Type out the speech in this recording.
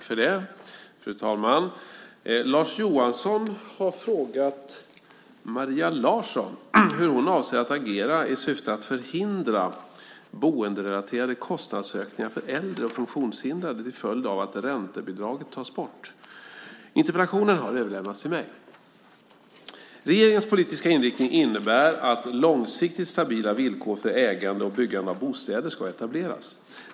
Fru talman! Lars Johansson har frågat Maria Larsson hur hon avser att agera i syfte att förhindra boenderelaterade kostnadsökningar för äldre och funktionshindrade till följd av att räntebidraget tas bort. Interpellationen har överlämnats till mig. Regeringens politiska inriktning innebär att långsiktigt stabila villkor för ägande och byggande av bostäder ska etableras.